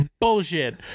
bullshit